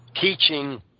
teaching